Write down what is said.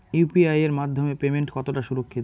UPI এর মাধ্যমে payment কতটা সুরক্ষিত?